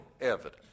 evidence